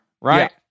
right